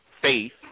faith